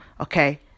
okay